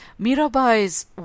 Mirabai's